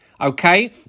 okay